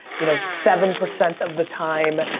you know seven percent of the time